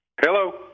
Hello